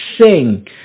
sing